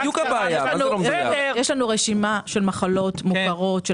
יש לנו רשימה של מחלות מוכרות,